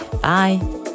Bye